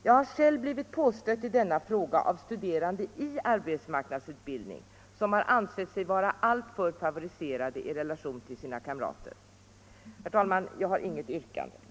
Jag har själv i denna fråga blivit påstött av studerande i arbetsmarknadsutbildning, som har ansett sig vara alltför favoriserade i relation till sina kamrater. Herr talman! Jag har inget yrkandet.